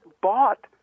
bought